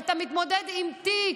ואתה מתמודד עם תיק.